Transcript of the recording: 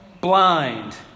blind